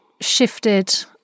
shifted